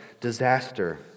disaster